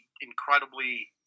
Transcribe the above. incredibly